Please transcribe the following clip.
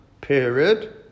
period